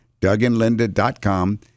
DougAndLinda.com